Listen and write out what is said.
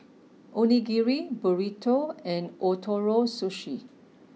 Onigiri Burrito and Ootoro Sushi